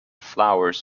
flowers